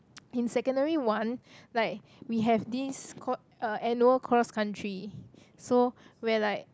in secondary-one like we have this called uh annual cross country so where like